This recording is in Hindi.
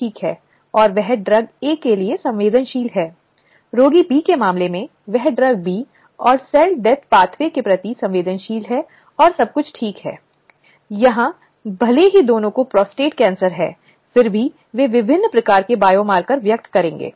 स्लाइड समय देखें 0900 अब यह केवल 2013 में देश का पहला कानून था उस समय तक यह विशाखा दिशानिर्देश था और इसीलिए मैं दिशा निर्देशों के बारे में विस्तार से नहीं जाना चाहूँगा लेकिन हम कानूनों के प्रावधानों पर चर्चा करने का प्रयास करेंगे